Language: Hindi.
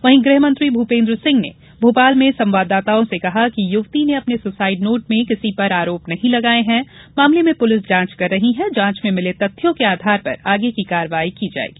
वहीं गृह मंत्री भूपेंद्र सिंह ने भोपाल में संवाददाताओं से कहा कि युवती ने अपने सुसाइड नोट में किसी पर आरोप नहीं लगाए हैं मामले में पुलिस जांच कर रही है जांच में मिले तथ्यों के आधार पर आगे की कार्यवाही होगी